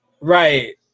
Right